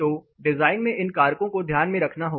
तो डिजाइन में इन कारकों को ध्यान में रखना होगा